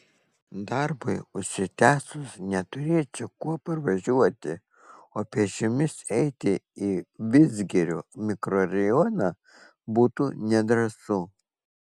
darbui užsitęsus neturėčiau kuo parvažiuoti o pėsčiomis eiti į vidzgirio mikrorajoną būtų nedrąsu